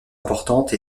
importantes